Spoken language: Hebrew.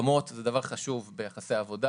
נמצא את הדרכים לממן את הכל בצורה טובה.